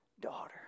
daughter